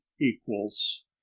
equals